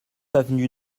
avenue